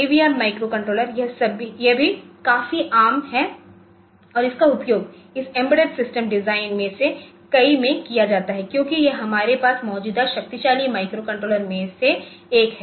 AVR microcontroller यह भी काफी आम है और इसका उपयोग इस एम्बेडेड सिस्टम डिज़ाइन में से कई में किया जाता है क्योंकि यह हमारे पास मौजूदा शक्तिशाली माइक्रोकंट्रोलर में से एक है